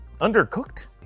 undercooked